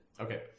Okay